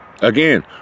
Again